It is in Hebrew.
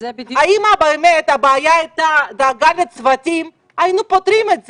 אם באמת הבעיה הייתה דאגה לצוותים - היינו פותרים את זה.